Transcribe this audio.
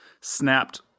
snapped